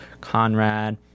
conrad